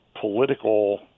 political